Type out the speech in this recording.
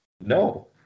No